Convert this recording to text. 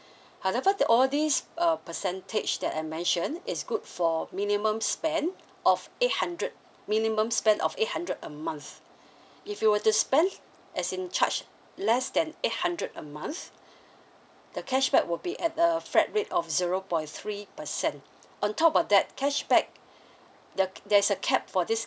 however that all these uh percentage that I mentioned is good for minimum spend of eight hundred minimum spend of eight hundred a month if you were to spent as in charge less than eight hundred a month the cashback will be at a flat rate of zero point three percent on top of that cashback the there's a cap for this